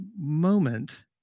moment